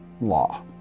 law